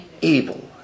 evil